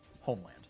homeland